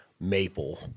Maple